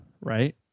right